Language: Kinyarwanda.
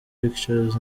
pictures